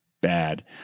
bad